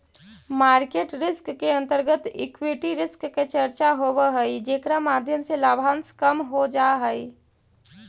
market risk के अंतर्गत equity risk के चर्चा होवऽ हई जेकरा माध्यम से लाभांश कम हो जा हई